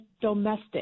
domestic